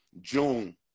June